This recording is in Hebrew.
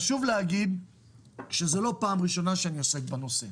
חשוב להגיד שזו לא הפעם הראשונה שאני עוסק בנושא.